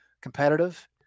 competitive